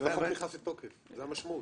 אז החוק לא נכנס לתוקף, זו המשמעות.